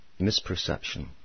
misperception